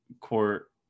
court